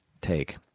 take